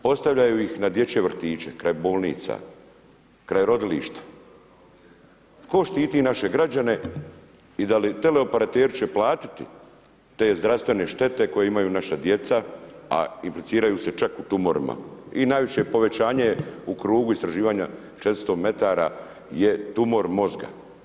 Postavljaju ih na dječje vrtiće, kraj bolnica, kraj rodilišta, tko štiti naše građane i da li tele operateri će platiti te zdravstvene štete koje imaju naša djeca, a impliciraju se čak u tumorima i najveće povećanje u krugu istraživanja 400 metara je tumor mozga.